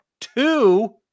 two